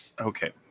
Okay